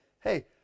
hey